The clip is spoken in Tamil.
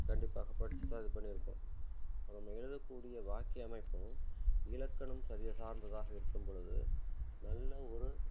கண்டிப்பாக படிச்சு தான் இது பண்ணியிருப்போம் இப்போ நம்ம எழுதக் கூடிய வாக்கிய அமைப்பும் இலக்கணம் சரியா சார்ந்ததாக இருக்கும் பொழுது நல்ல ஒரு